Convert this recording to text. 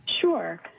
Sure